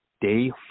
Day